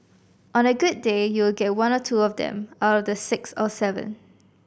on a good day you'll get one or two of them out of the six or seven